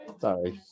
Sorry